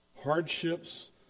Hardships